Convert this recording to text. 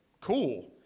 cool